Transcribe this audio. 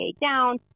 down